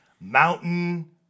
Mountain